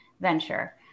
venture